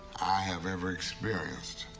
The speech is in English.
have ever experienced.